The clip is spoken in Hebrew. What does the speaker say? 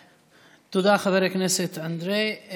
תודה, חבר הכנסת אנדרי.